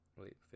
Wait